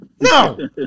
No